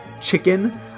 chicken